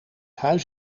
huis